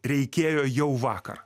reikėjo jau vakar